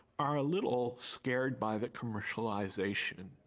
are a little scared by the commercialization.